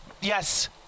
yes